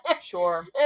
Sure